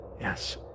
Yes